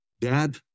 Dad